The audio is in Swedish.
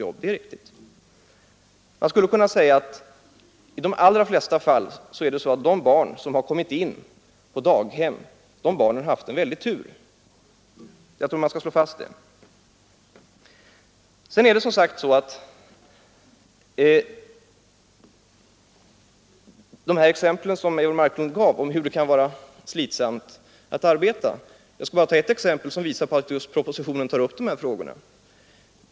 Jag tror man skall slå fast att de barn som kommit in på daghem har i regel haft tur och får del av en bra verksamhet. Eivor Marklund gav exempel på hur slitsamt arbetet kan vara. Jag skall bara ta ett exempel som visar att propositionen behandlar de här frågorna.